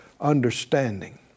understanding